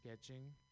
sketching